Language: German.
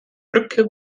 brücke